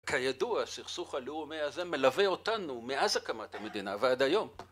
כידוע, הסכסוך הלאומי הזה מלווה אותנו מאז הקמת המדינה ועד היום.